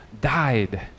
died